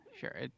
Sure